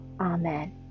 Amen